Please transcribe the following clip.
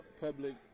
public